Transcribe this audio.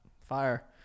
Fire